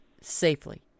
safely